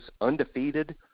undefeated